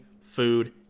food